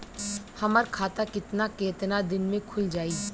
हमर खाता कितना केतना दिन में खुल जाई?